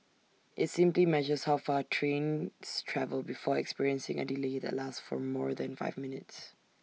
IT simply measures how far trains travel before experiencing A delay that lasts for more than five minutes